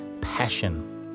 passion